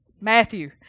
Matthew